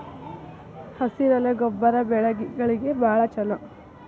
ಹಸಿರೆಲೆ ಗೊಬ್ಬರ ಬೆಳೆಗಳಿಗೆ ಬಾಳ ಚಲೋ